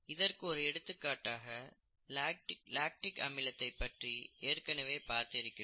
இதற்கு ஒரு எடுத்துக்காட்டாக லாக்டிக் அமிலத்தை பற்றி ஏற்கனவே பார்த்திருக்கிறோம்